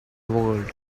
world